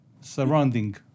surrounding